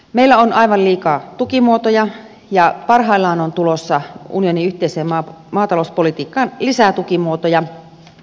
meillä on aivan liikaa tukimuotoja ja parhaillaan on tulossa unionin yhteiseen maatalouspolitiikkaan lisää tukimuotoja